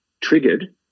triggered